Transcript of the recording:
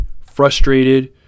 frustrated